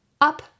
up